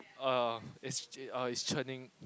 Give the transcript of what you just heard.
err it's it's uh churning